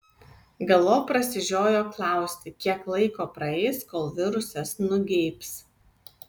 galop prasižiojo klausti kiek laiko praeis kol virusas nugeibs